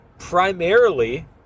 primarily